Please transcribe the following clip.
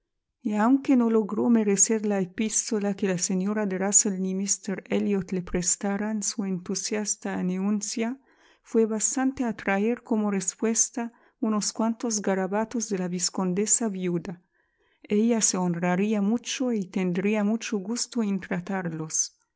y aunque no íogró merecer la epístola que la señora de rusell ni míster elliot le prestaran su entusiasta anuencia fué bastante a traer como respuesta unos cuantos garabatos de la vizcondesa viuda ella se honraría mucho y tendría mucho guste